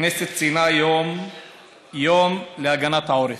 הכנסת ציינה היום יום להגנת העורף.